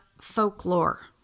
folklore